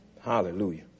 Hallelujah